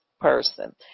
person